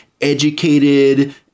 educated